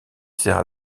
sert